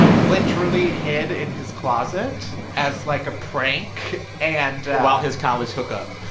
literally hid in his closet as, like, a prank and. while his college hookup